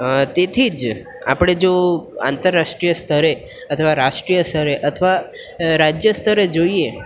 તેથી જ આપણે જો આંતરરાષ્ટ્રીય સ્તરે અથવા રાષ્ટ્રીય સ્તરે અથવા રાજ્ય સ્તરે જોઈએ